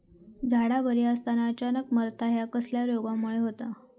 झाडा बरी असताना अचानक मरता हया कसल्या रोगामुळे होता?